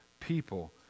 people